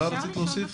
אילה רצית להוסיף?